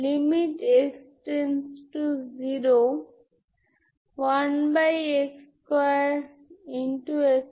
সুতরাং আমরা সেই 2 টি কেস দেখার চেষ্টা করব